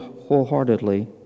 wholeheartedly